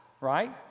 right